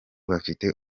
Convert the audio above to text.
bafite